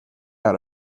out